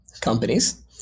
companies